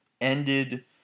Ended